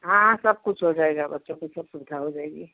हाँ हाँ सब कुछ हो जाएगा बच्चों को सब सुविधा हो जाएगी